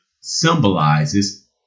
symbolizes